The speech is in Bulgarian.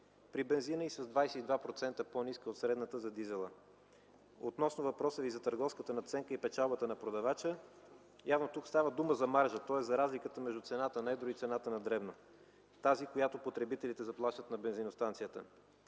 при бензина и с 22% по-ниска от средната за дизела. Относно въпросът Ви за търговската надценка и печалбата на продавача – явно тук става дума за маржа, тоест за разликата между цената на едро и цената на дребно – тази, която потребителите заплащат на бензиностанцията.